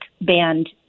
band